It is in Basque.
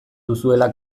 duzuela